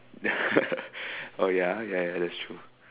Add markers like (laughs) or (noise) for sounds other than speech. (laughs) oh ya ya ah that's true